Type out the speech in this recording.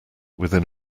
within